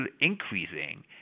increasing